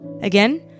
Again